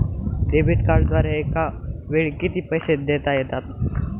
Debit कार्डद्वारे एकावेळी किती पैसे देता येतात?